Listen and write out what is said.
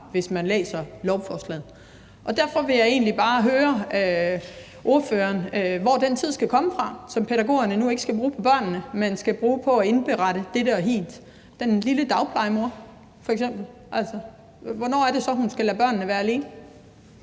fremgår af lovforslaget. Derfor vil jeg egentlig bare høre ordføreren, hvor den tid, som pædagogerne nu ikke skal bruge på børnene, men skal bruge på at indberette dette og hint, skal komme fra, f.eks. hos den lille dagplejemor. Altså, hvornår er det så, hun skal lade børnene være alene?